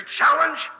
challenge